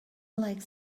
like